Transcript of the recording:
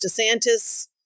desantis